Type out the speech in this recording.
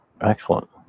Excellent